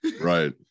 right